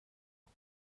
gut